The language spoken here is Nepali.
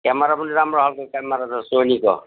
क्यामेरा पनि राम्रो खालको क्यामेरा छ सोनीको